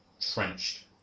Trenched